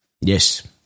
Yes